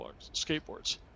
skateboards